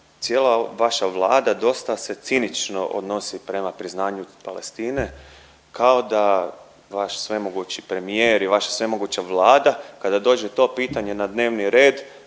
cijela vaša Vlada dosta se cinično odnosi prema priznanju Palestine kao da vaš svemogući premijer i vaša svemoguća Vlada kada dođe to pitanje na dnevni red